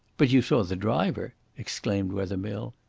but you saw the driver! exclaimed wethermill.